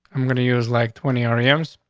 i'm going to use, like, twenty rpm's,